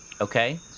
Okay